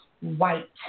white